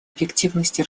эффективности